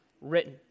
written